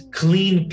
clean